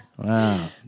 Wow